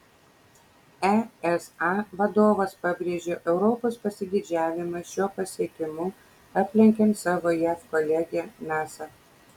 esa vadovas pabrėžė europos pasididžiavimą šiuo pasiekimu aplenkiant savo jav kolegę nasa